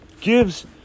gives